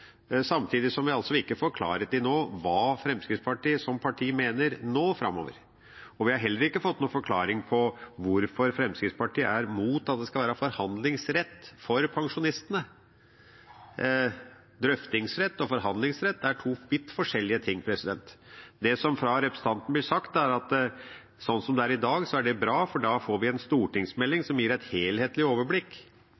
samtidig som vi ikke får klarhet i hva Fremskrittspartiet som parti mener nå framover. Vi har heller ikke fått noen forklaring på hvorfor Fremskrittspartiet er imot at det skal være forhandlingsrett for pensjonistene. Drøftingsrett og forhandlingsrett er to vidt forskjellige ting. Det som blir sagt av representanten, er at det er bra slik det er i dag, for da får vi en stortingsmelding